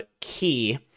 key